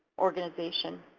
organization.